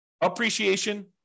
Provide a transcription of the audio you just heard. appreciation